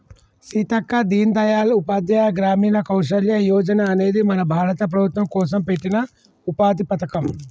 సీతక్క దీన్ దయాల్ ఉపాధ్యాయ గ్రామీణ కౌసల్య యోజన అనేది మన భారత ప్రభుత్వం కోసం పెట్టిన ఉపాధి పథకం